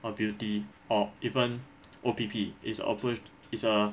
or beauty or even O_P_P it's approc~ it's a